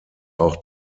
auch